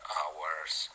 hours